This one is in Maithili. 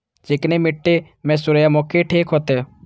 चिकनी मिट्टी में सूर्यमुखी ठीक होते?